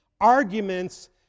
arguments